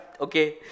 Okay